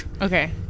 Okay